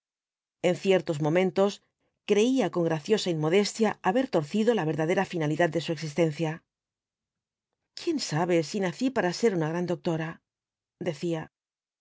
en ciertos momentos creía con graciosa inmodestia haber torcido la verdadera finalidad de su existencia quién sabe si nací para ser una gran doctora decía